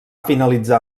finalitzar